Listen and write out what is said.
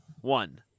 one